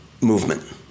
movement